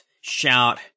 shout